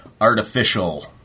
artificial